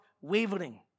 wavering